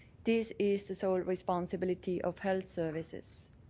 this is the sole responsibility of health services.